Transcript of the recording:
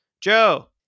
Joe